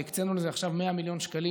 והקצינו לזה עכשיו 100 מיליון שקלים,